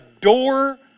door